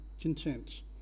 content